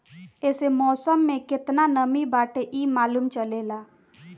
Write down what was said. एसे मौसम में केतना नमी बाटे इ मालूम चलेला